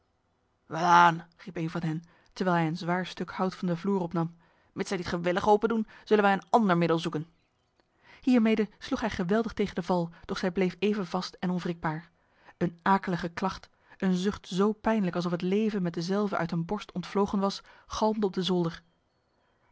een van hen terwijl hij een zwaar stuk hout van de vloer opnam mits zij niet gewillig opendoen zullen wij een ander middel zoeken hiermede sloeg hij geweldig tegen de val doch zij bleef even vast en onwrikbaar een akelige klacht een zucht zo pijnlijk alsof het leven met dezelve uit een borst ontvlogen was galmde op de zolder